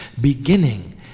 beginning